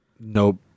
Nope